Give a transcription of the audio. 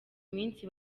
minsi